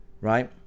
right